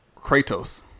Kratos